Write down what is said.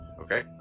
Okay